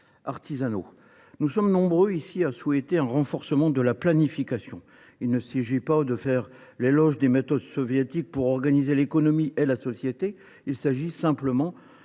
artisanaux. Nous sommes nombreux ici à souhaiter un renforcement de la planification. Il s’agit non pas de faire l’éloge des méthodes soviétiques pour organiser l’économie et la société, mais simplement,